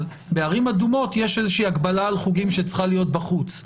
אבל בערים אדומות יש איזושהי הגבלה על חוגים שצריכה להיות בחוץ.